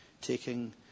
taking